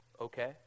okay